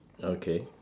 okay